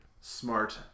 Smart